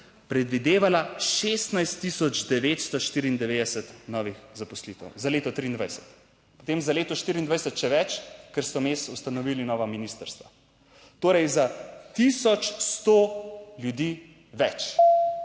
predvidevala 16 tisoč 994 novih zaposlitev za leto 2023, potem za leto 2024 še več, ker so vmes ustanovili nova ministrstva, torej za 1100 ljudi več